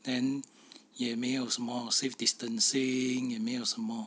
then 也没有什么 safe distancing 也没有什么